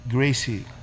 Gracie